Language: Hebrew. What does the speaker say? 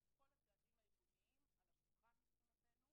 שנאלצנו לעצור אותה,